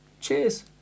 cheers